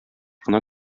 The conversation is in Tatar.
кына